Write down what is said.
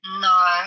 No